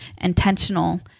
intentional